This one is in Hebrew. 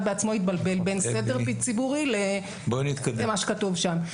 בעצמו התבלבל בין סדר ציבורי למה שכתוב שם.